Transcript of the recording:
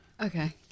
Okay